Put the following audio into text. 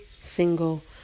single